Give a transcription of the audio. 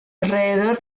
alrededor